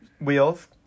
Wheels